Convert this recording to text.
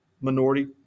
minority